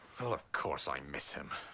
of course i miss him.